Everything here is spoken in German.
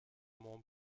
mont